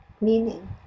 meaning